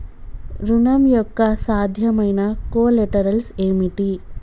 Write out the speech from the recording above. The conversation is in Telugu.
ఋణం యొక్క సాధ్యమైన కొలేటరల్స్ ఏమిటి?